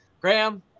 Graham